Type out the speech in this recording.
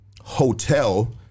hotel